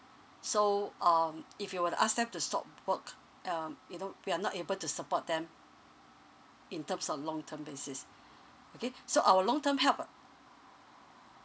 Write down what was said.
so um if you were to ask them to stop work um you know we are not able to support them in terms of long term basis okay so our long term help uh